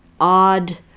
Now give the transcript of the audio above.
odd